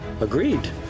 Agreed